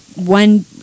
one